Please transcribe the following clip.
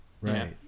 Right